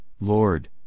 Lord